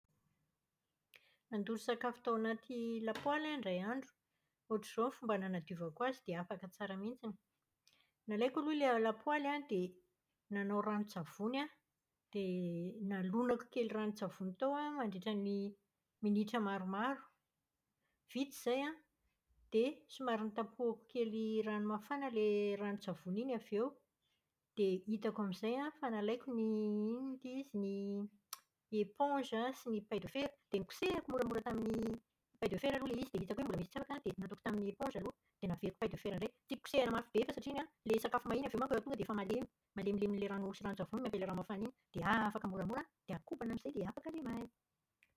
Nandoro sakafo tao anaty lapoaly aho indray andro. Ohatr'izao ny fomba nanadiovako azy dia afaka tsara mihitsiny. Nalaiko aloha ilay lapoaly an dia nanao ranon-tsavony aho, dia nalonako kely ranon-tsavony tao mandritra ny minitra maromaro. Vita izay an, dia somary notapohako kely rano mafana ilay ranon-tsavony iny avy eo. Dia hiitako amin'izay fa nalaiko ny inona ity izy, ny eponza sy ny paille de fer, dia nokosehiko moramora tamin'ny paille de fer aloha ilay izy dia hitako hoe mbola misy tsy afaka dia nataoko tamin'ny eponza aloha. Dia naveriko paille de fer indray. Tsy kosehina mafy be fa satria iny an, ilay sakafo may iny manko avy eo efa tonga dia efa malemy. Malemilemin'ilay rano sy ilay ranon-tsavony amin'ilay rano mafana iny. Dia afaka moramora, dia akobana amin'izay dia afaka ilay may.